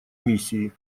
миссии